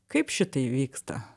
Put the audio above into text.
kaip šitai vyksta